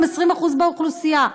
הם 20% באוכלוסייה.